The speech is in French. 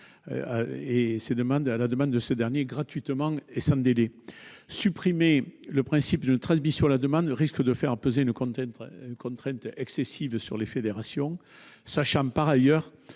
à la demande de ce dernier, gratuitement et sans délai. Supprimer le principe d'une transmission à la demande risque de faire peser une contrainte excessive sur les fédérations, sachant, par ailleurs,